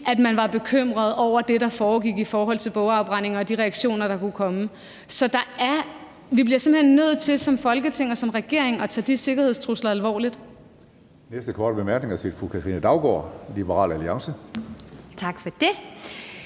man var bekymret over det, der foregik i forhold til bogafbrændinger og de reaktioner, der kunne komme. Så vi bliver simpelt hen nødt til som Folketing og som regering at tage de sikkerhedstrusler alvorligt.